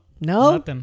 no